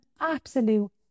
absolute